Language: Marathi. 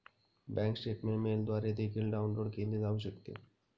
बँक स्टेटमेंट मेलद्वारे देखील डाउनलोड केले जाऊ शकते